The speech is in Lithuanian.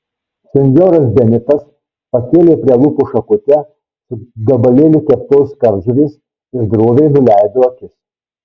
senjoras benitas pakėlė prie lūpų šakutę su gabalėliu keptos kardžuvės ir droviai nuleido akis